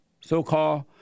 so-called